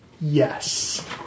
Yes